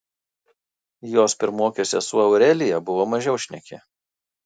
jos pirmokė sesuo aurelija buvo mažiau šneki